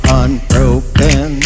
unbroken